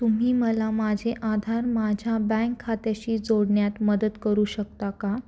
तुम्ही मला माझे आधार माझ्या बँक खात्याशी जोडण्यात मदत करू शकता का